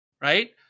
right